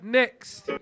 next